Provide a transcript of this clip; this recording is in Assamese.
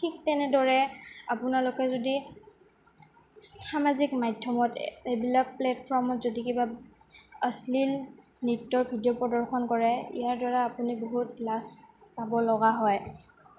ঠিক তেনেদৰে আপোনালোকে যদি সামাজিক মাধ্যমত এইবিলাক প্লেটফৰ্মত যদি কিবা অশ্লীল নৃত্যৰ ভিডিঅ' প্ৰদৰ্শন কৰে ইয়াৰ দ্বাৰা আপুনি বহুত লাজ পাব লগা হয়